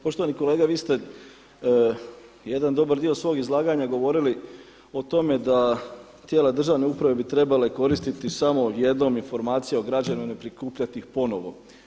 Poštovani kolega vi ste jedan dobar dio svog izlaganja govorili o tome da tijela državne uprave bi trebale koristiti samo jednom informacije o građaninu i ne prikupljati ih ponovo.